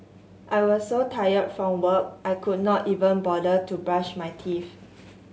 I was so tired from work I could not even bother to brush my teeth